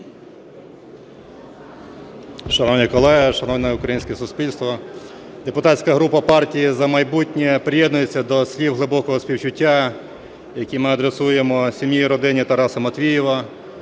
Шановні колеги, шановне українське суспільство! Депутатська група "Партія "За майбутнє" приєднується до слів глибокого співчуття, які ми адресуємо сім'ї і родині Тараса Матвіїва.